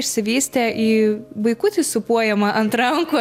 išsivystė į vaikutį sūpuojamą ant rankų